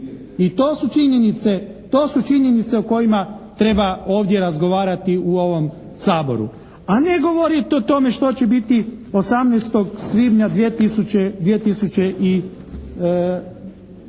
I to su činjenice o kojima treba ovdje razgovarati u ovom Saboru a ne govorit o tome što će biti 18. svibnja 2009.